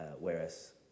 Whereas